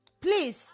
Please